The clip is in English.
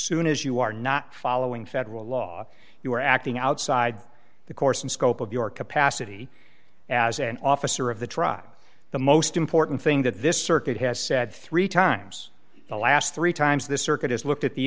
soon as you are not following federal law you are acting outside the course and scope of your capacity as an officer of the tribe the most important thing that this circuit has said three times the last three times this circuit has looked at the